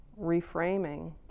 reframing